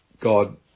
God